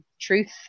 truth